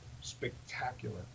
spectacular